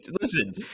Listen